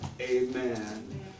amen